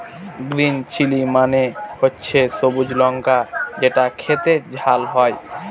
green chilli মানে হচ্ছে সবুজ লঙ্কা যেটা খেতে ঝাল হয়